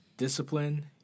Discipline